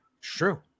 true